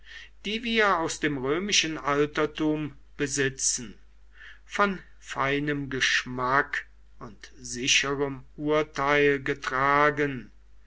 die wir aus dem römischen altertum besitzen von feinem geschmack und sicherem urteil getragen